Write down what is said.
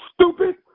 Stupid